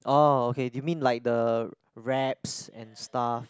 orh okay you mean like the raps and stuff